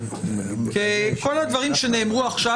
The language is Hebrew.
כל הדברים שנאמרו עכשיו,